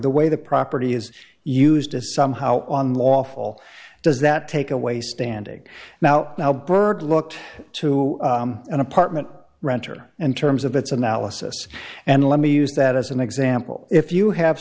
the way the property is used to somehow on lawful does that take away standing now now bird looked to an apartment renter and terms of its analysis and let me use that as an example if you have